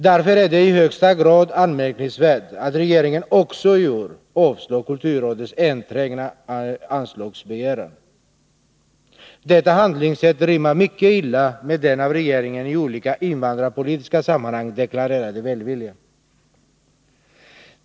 Därför är det i högsta grad anmärkningsvärt att regeringen också i år avslår kulturrådets enträgna anslagsbegäran. Detta handlingssätt rimmar mycket illa med den av regeringen i olika invandrarpolitiska sammanhang deklarerade välviljan.